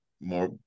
more